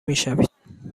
میشوید